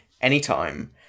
anytime